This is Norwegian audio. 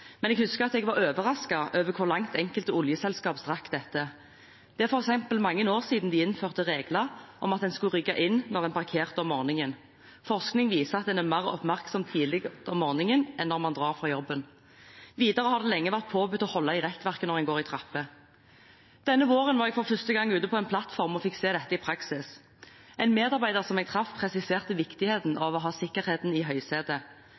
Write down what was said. men jeg husker at jeg var overrasket over hvor langt enkelte oljeselskaper strakk dette. Det er for eksempel mange år siden de innførte regler om at man skulle rygge inn når man parkerte om morgenen. Forskning viser at man er mer oppmerksom tidlig om morgen enn når man drar fra jobben. Videre har det lenge vært påbudt å holde i rekkverket når man går i trapper. Denne våren var jeg for første gang ute på en plattform og fikk se dette i praksis. En medarbeider jeg traff, presiserte viktigheten av å ha sikkerheten i